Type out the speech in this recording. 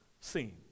seen